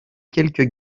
quelques